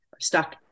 stuck